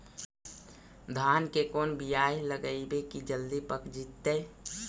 धान के कोन बियाह लगइबै की जल्दी पक जितै?